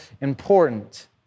important